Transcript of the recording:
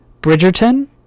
Bridgerton